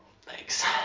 Thanks